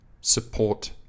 support